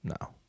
No